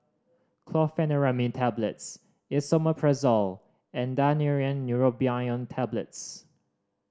Chlorpheniramine Tablets Esomeprazole and Daneuron Neurobion Tablets